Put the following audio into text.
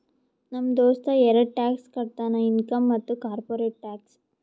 ನಮ್ ದೋಸ್ತ ಎರಡ ಟ್ಯಾಕ್ಸ್ ಕಟ್ತಾನ್ ಇನ್ಕಮ್ ಮತ್ತ ಕಾರ್ಪೊರೇಟ್ ಟ್ಯಾಕ್ಸ್